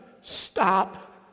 stop